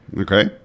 okay